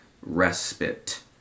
respite